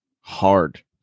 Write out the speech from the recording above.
hard